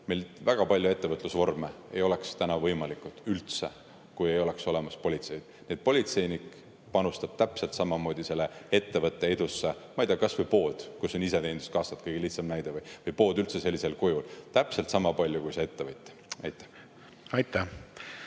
oleks väga paljud ettevõtlusvormid üldse võimalikud, kui ei oleks olemas politseid. Nii et politseinik panustab täpselt samamoodi ettevõtte edusse – ma ei tea, kasvõi pood, kus on iseteeninduskassad, kõige lihtsam näide, või pood üldse sellisel kujul – ja täpselt sama palju kui ettevõtja. Aitäh,